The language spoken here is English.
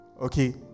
okay